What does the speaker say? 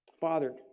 Father